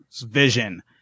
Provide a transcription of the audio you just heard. vision